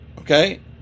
Okay